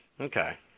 Okay